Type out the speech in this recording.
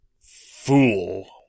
Fool